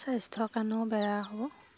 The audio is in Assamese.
স্বাস্থ্য কাৰণেও বেয়া হ'ব